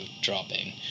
dropping